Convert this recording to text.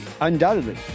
undoubtedly